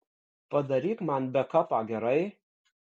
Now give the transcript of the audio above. padaryk man bekapą gerai